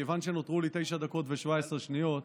מכיוון שנותרו לי תשע דקות ו-17 שניות,